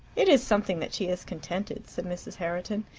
it is something that she is contented, said mrs. herriton.